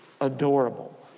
adorable